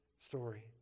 story